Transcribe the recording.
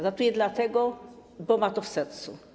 Ratuje dlatego, bo ma to w sercu.